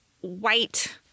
white